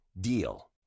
DEAL